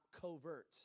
covert